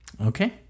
Okay